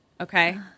Okay